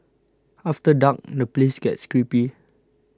after dark the place gets creepy